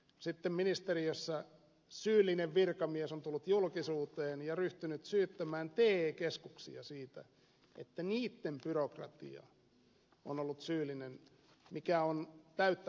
sitten ministeriössä syyllinen virkamies on tullut julkisuuteen ja ryhtynyt syyttämään te keskuksia siitä että niitten byrokratia on ollut syyllinen mikä on täyttä puppupuhetta